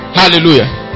hallelujah